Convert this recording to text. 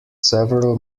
several